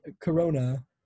corona